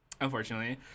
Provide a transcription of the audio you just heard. unfortunately